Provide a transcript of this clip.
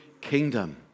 kingdom